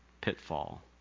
Pitfall